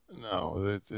No